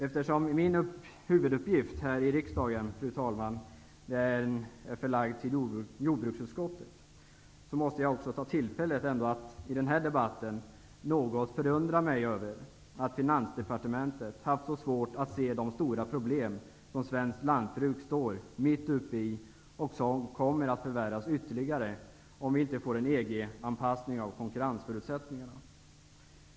Eftersom min huvuduppgift här i riksdagen, fru talman, är förlagd till jordbruksutskottet, vill jag ta tillfället i denna debatt att något förundra mig över att Finansdepartementet haft så svårt att se de stora problem som svenskt lantbruk står mitt uppe i och som kommer att förvärras ytterligare om vi inte får en EG-anpassning av konkurrensförutsättningarna.